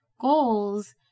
goals